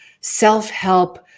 self-help